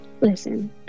Listen